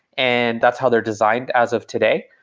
and that's how they're designed as of today,